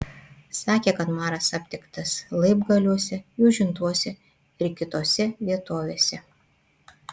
sakė kad maras aptiktas laibgaliuose jūžintuose ir kitose vietovėse